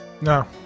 No